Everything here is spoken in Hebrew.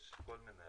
יש כל מיני.